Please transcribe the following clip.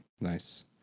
Nice